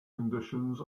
conditions